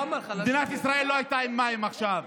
מדינת ישראל לא הייתה עם מים עכשיו.